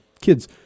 kids